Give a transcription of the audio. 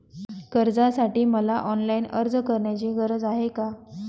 कर्जासाठी मला ऑनलाईन अर्ज करण्याची गरज आहे का?